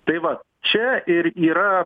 tai va čia ir yra